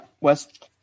West